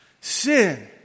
Sin